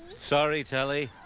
sorry telly.